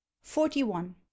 Forty-One